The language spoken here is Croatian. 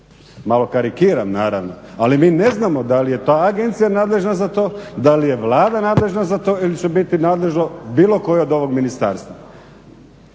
Malo karikiram naravno, ali mi ne znamo da li je to agencija nadležna za to, da li je Vlada nadležna za to ili će biti nadležno bilo koje od ovog ministarstva.